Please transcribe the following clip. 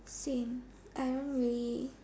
same I don't really